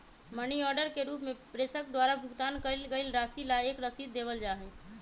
money order के रूप में प्रेषक द्वारा भुगतान कइल गईल राशि ला एक रसीद देवल जा हई